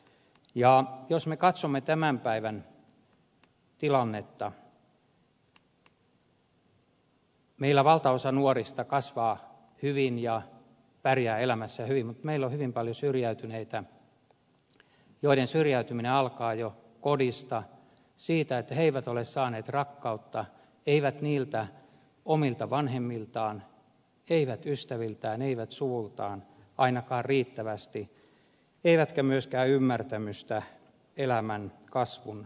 ja jos me katsomme tämän päivän tilannetta niin meillä valtaosa nuorista kasvaa hyvin ja pärjää elämässään hyvin mutta meillä on hyvin paljon syrjäytyneitä joiden syrjäytyminen alkaa jo kodista siitä että he eivät ole saaneet rakkautta eivät omilta vanhemmiltaan eivät ystäviltään eivät suvultaan ainakaan riittävästi eivätkä myöskään ymmärtämystä elämän kasvun kivuissa